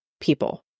people